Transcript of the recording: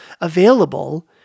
available